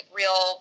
real